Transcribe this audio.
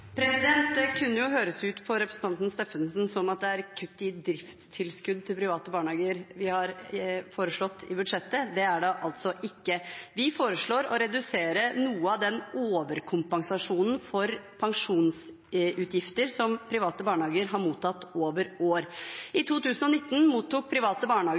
Det kunne jo høres ut på representanten Steffensen som om det er kutt i driftstilskudd til private barnehager vi har foreslått i budsjettet. Det er det altså ikke. Vi foreslår å redusere noe av den overkompensasjonen for pensjonsutgifter som private barnehager har mottatt over år. I 2019 mottok private barnehager